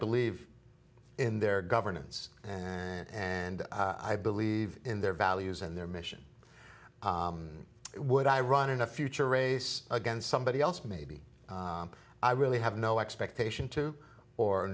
believe in their governance and i believe in their values and their mission would i run in a future race against somebody else maybe i really have no expectation to or